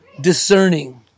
discerning